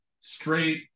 straight